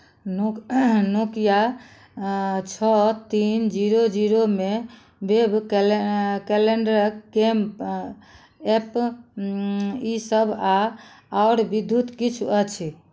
नोक नोकिया छओ तीन जीरो जीरोमे वेब कैले कैलेण्डरक गेम ऐप ईसब आओर आओर विधुत किछु अछि